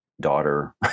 daughter